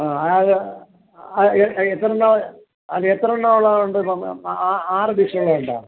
ആ അത് ആ എ എത്ര എണ്ണം അത് എത്ര എണ്ണം ഉള്ളതുണ്ട് ആറ് ഡിഷ് ഉള്ളതുണ്ടോ